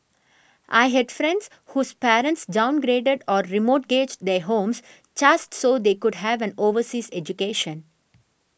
I had friends whose parents downgraded or remortgaged their homes just so they could have an overseas education